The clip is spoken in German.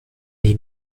die